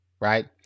right